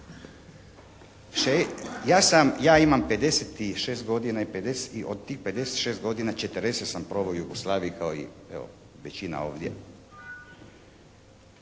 ja imam 56 godina i od tih 56 godina 40 sam proveo u Jugoslaviji kao i evo većina ovdje.